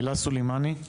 הילה סולימני.